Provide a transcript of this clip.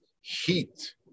heat